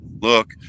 look